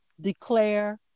declare